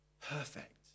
Perfect